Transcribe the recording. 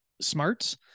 smarts